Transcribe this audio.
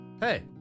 Hey